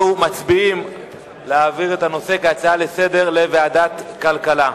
אנחנו מצביעים על העברת הנושא כהצעה לסדר-היום לוועדת הכלכלה.